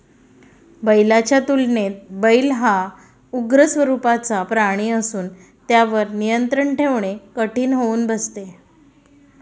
बैलाच्या तुलनेत बैल हा उग्र स्वरूपाचा प्राणी असून त्यावर नियंत्रण ठेवणे कठीण होऊन बसते